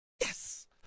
Yes